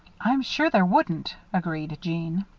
i'm sure there wouldn't, agreed jeanne.